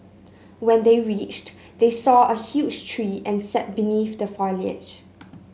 when they reached they saw a huge tree and sat beneath the foliage